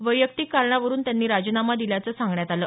वैयक्तिक कारणावरून त्यांनी राजीनामा दिल्याचं सांगण्यात आलं